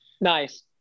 Nice